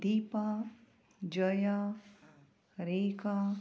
Dipa Jaya Rekha